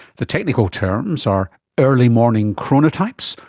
the technical terms are early morning chronotypes,